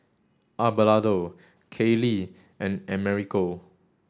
Abelardo Kaylee and Americo